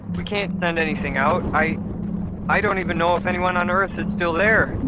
we can't send anything out, i i don't even know if anyone on earth is still there!